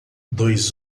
dois